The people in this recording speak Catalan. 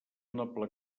noble